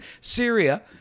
Syria